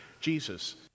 Jesus